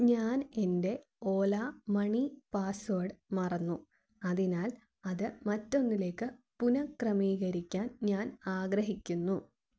ഞാൻ എൻ്റെ Ola money password മറന്നു അതിനാൽ അത് മറ്റൊന്നിലേക്ക് പുനഃക്രമീകരിക്കാൻ ഞാൻ ആഗ്രഹിക്കുന്നു